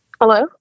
Hello